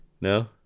no